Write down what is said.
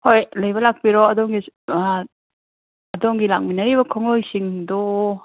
ꯍꯣꯏ ꯂꯩꯕ ꯂꯥꯛꯄꯤꯔꯣ ꯑꯗꯣꯝꯒꯤ ꯑꯥ ꯑꯗꯣꯝꯒꯤ ꯂꯥꯛꯃꯤꯟꯅꯔꯤꯕ ꯈꯣꯡꯂꯣꯏꯁꯤꯡꯗꯣ